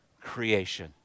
creation